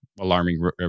alarming